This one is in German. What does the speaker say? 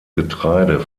getreide